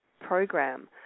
program